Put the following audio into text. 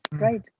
right